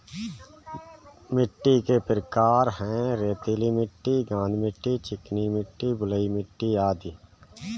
मिट्टी के प्रकार हैं, रेतीली मिट्टी, गाद मिट्टी, चिकनी मिट्टी, बलुई मिट्टी अदि